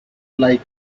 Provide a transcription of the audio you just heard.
like